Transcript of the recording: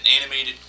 animated